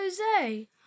Jose